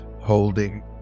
holding